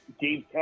Dave